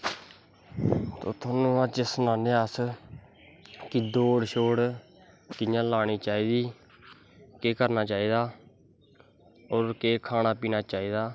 थोआनू अज्ज सनाने आं अस क् दौड़ शोड़ कियां लानी चाही दी केह् करना चाही दा और केह् खाना पीना चाही दा